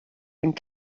and